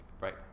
Right